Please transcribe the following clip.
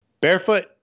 Barefoot